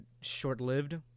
short-lived